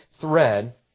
thread